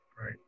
Right